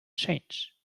change